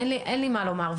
אין לי מה לומר.